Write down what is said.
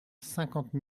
cinquante